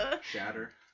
Shatter